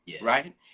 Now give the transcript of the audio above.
right